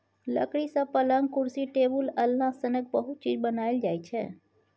लकड़ी सँ पलँग, कुरसी, टेबुल, अलना सनक बहुत चीज बनाएल जाइ छै